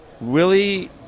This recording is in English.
Willie